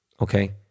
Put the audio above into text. okay